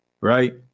right